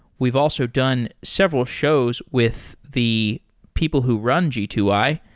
we've also done several shows with the people who run g two i,